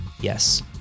Yes